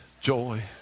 joy